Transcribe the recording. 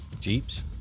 Jeeps